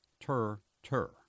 tur-tur